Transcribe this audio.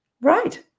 Right